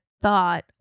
thought